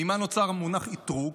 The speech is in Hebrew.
ממה נוצר המונח אתרוג?